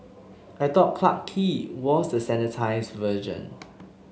I thought Clarke Quay was the sanitised version